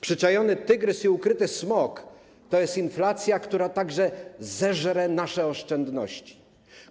Przyczajony tygrys, ukryty smok - to jest inflacja, która zeżre także nasze oszczędności,